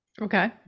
Okay